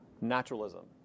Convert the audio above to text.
naturalism